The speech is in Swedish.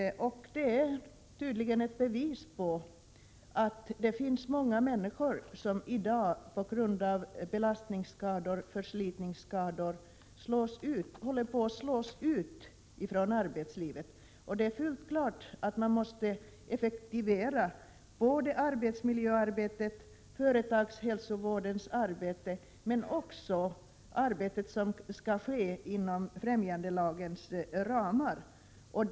Det är väl ett bevis på att många människor i dag på grund av belastningsoch förslitningsskador håller på att slås ut från arbetslivet. Det är fullt klart att man måste effektivera inte bara arbetsmiljöoch företagshälsovårdsverksamheten utan också det arbete som bedrivs inom främjandelagens ram.